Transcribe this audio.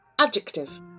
Adjective